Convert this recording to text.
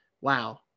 wow